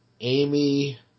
Amy